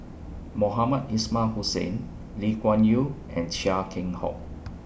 Mohamed Ismail Hussain Lee Kuan Yew and Chia Keng Hock